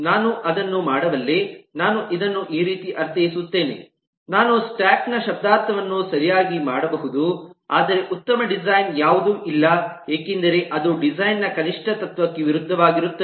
ನಾನದನ್ನು ಮಾಡಬಲ್ಲೆ ನಾನು ಇದನ್ನು ಈ ರೀತಿ ಅರ್ಥೈಸುತ್ತೇನೆ ನಾನು ಸ್ಟಾಕ್ ನ ಶಬ್ದಾರ್ಥವನ್ನು ಸರಿಯಾಗಿ ಮಾಡಬಹುದು ಆದರೆ ಉತ್ತಮ ಡಿಸೈನ್ ಯಾವುದೂ ಇಲ್ಲ ಏಕೆಂದರೆ ಅದು ಡಿಸೈನ್ ನ ಕನಿಷ್ಠ ತತ್ವಕ್ಕೆ ವಿರುದ್ಧವಾಗಿರುತ್ತದೆ